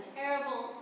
terrible